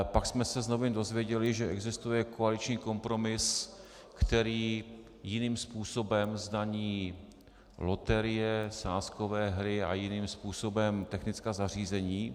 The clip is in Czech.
Pak jsme se z novin dozvěděli, že existuje koaliční kompromis, který jiným způsobem zdaní loterie, sázkové hry a jiným způsobem technická zařízení.